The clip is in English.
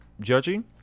judging